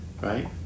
right